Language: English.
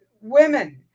women